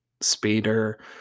speeder